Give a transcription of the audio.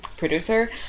producer